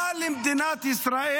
תגיד לי,